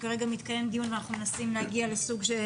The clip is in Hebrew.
וכרגע מתקיים דיון ואנחנו מנסים להגיע לסוג של